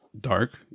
dark